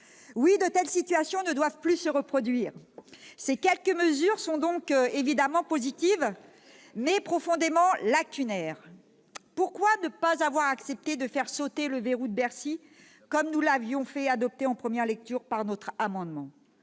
Oui, de telles situations ne doivent plus se reproduire. Ces quelques mesures sont donc évidemment positives, mais aussi profondément lacunaires. Pourquoi ne pas avoir accepté de faire sauter le « verrou de Bercy », comme nous l'avions fait adopter en première lecture au travers d'un amendement ?